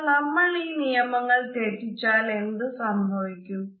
എന്നാൽ നമ്മൾ ഈ നിയമങ്ങൾ തെറ്റിച്ചാൽ എന്ത് സംഭവിക്കും